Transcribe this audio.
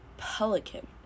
Pelican